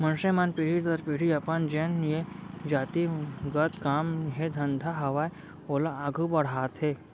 मनसे मन पीढ़ी दर पीढ़ी अपन जेन ये जाति गत काम हे धंधा हावय ओला आघू बड़हाथे